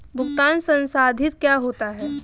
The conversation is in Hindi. भुगतान संसाधित क्या होता है?